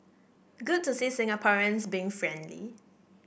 good to see Singaporeans being friendly